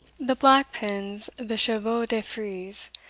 the black pins the chevaux de frise,